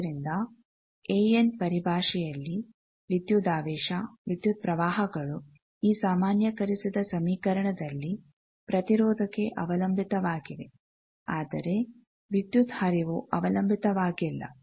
ಆದ್ದರಿಂದ an ಪರಿಭಾಷೆಯಲ್ಲಿ ವಿದ್ಯುದಾವೇಶ ವಿದ್ಯುತ್ ಪ್ರವಾಹಗಳು ಈ ಸಾಮಾನ್ಯಕರಿಸಿದ ಸಮೀಕರಣದಲ್ಲಿ ಪ್ರತಿರೋಧಕ್ಕೆ ಅವಲಂಬಿತವಾಗಿವೆ ಆದರೆ ವಿದ್ಯುತ್ ಹರಿವು ಅವಲಂಬಿತವಾಗಿಲ್ಲ